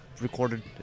recorded